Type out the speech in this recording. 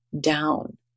down